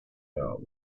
hour